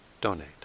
donate